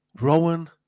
Rowan